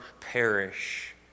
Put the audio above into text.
perish